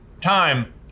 time